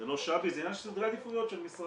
זה לא שבי, זה עניין של סדרי עדיפויות של משרד.